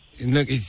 Look